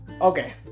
okay